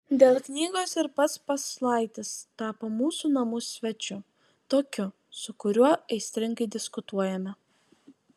dėl knygos ir pats paslaitis tapo mūsų namų svečiu tokiu su kuriuo aistringai diskutuojame